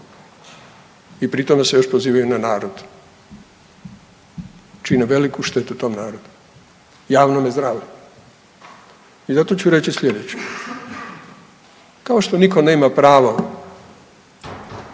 i pri tome se još pozivaju na narod, čine veliku štetu tom narodu, javnome zdravlju. I zato ću reći slijedeće, kao što nitko nema pravo